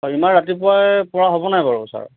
হয় ইমান ৰাতিপুৱাই পৰা হ'ব নাই বাৰু ছাৰ